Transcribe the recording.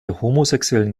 homosexuellen